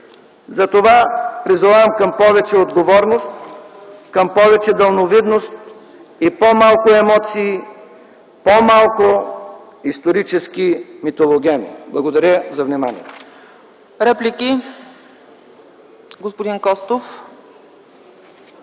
Затова призовавам към повече отговорност, към повече далновидност и по-малко емоции, по-малко исторически митологеми. Благодаря за вниманието.